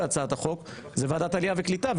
בהצעת החוק זו ועדת העלייה והקליטה,